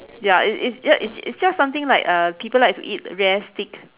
ya it's it's ya it's it just something like uh people like to eat rare steak